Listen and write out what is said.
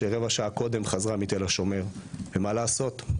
שרבע שעה קודם חזרה מתל השומר ומה לעשות?